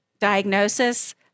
diagnosis